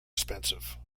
expensive